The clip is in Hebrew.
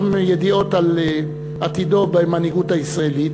ידיעות על עתידו במנהיגות הישראלית,